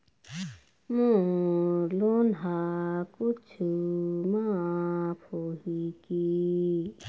मोर loan हा कुछू माफ होही की?